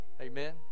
amen